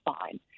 fine